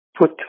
put